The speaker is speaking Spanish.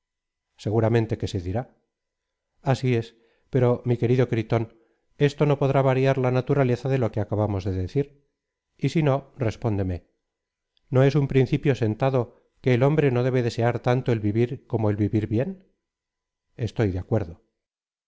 segtiramente que se dirá así es pero mi querido gritón esto no podrá variar la naturaleza de lo que acabamos de decir y si no respótíderae no es un principio sentado que el hombre no debe desear tanto el vivir como el vivir bien crrton estoy de acuerdo